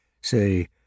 Say